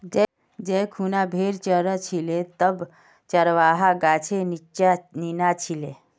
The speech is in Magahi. जै खूना भेड़ च र छिले तब चरवाहा गाछेर नीच्चा नीना छिले